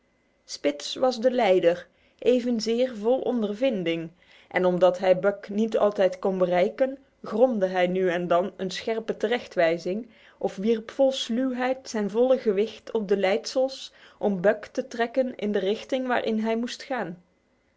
spitz was de leider evenzeer vol ondervinding en omdat hij buck niet altijd kon bereiken gromde hij nu en dan een scherpe terechtwijzing of wierp vol sluwheid zijn volle gewicht op de leidsels om buck te trekken in de richting waarin hij moest gaan